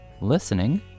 listening